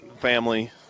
family